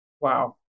Wow